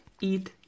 eat